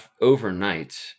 overnight